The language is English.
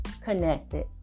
connected